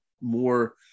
more